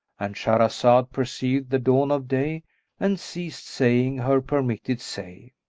and shahrazad perceived the dawn of day and ceased saying her permitted say.